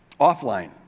offline